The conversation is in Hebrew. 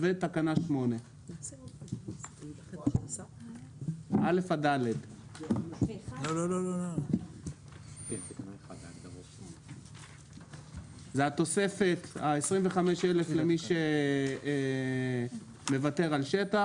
ותקנה 8. זה התוספת, ה-25,000 למי שמוותר על שטח,